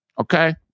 Okay